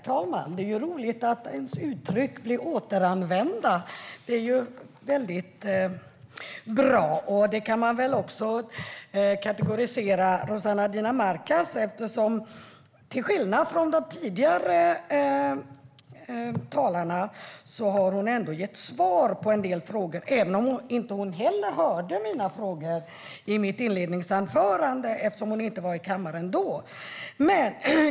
Herr talman! Det är roligt att ens uttryck återanvänds. Det är väldigt bra. Bra kan väl även karakterisera Rossana Dinamarca. Till skillnad från tidigare talare har hon ändå svarat på en del av mina frågor, även om inte hon heller hörde mina frågor i mitt inledningsanförande eftersom hon inte var i kammaren då.